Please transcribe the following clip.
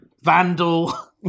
vandal